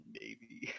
baby